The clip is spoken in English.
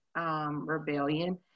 rebellion